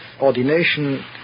ordination